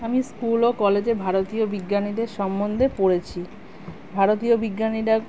আমি স্কুল ও কলেজে ভারতীয় বিজ্ঞানীদের সম্বন্দে পড়েছি ভারতীয় বিজ্ঞানীরা